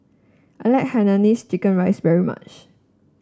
I like Hainanese Chicken Rice very much